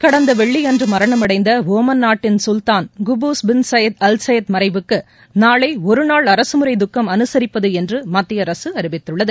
கடந்த வெள்ளியன்று மரணமடைந்த டுமன் நாட்டின் Sultan Qaboos bin Said al Said மறைவுக்கு நாளை ஒருநாள் அரசுமுறை துக்கம் அனுசரிப்பது என்று மத்திய அரசு அறிவித்துள்ளது